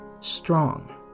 strong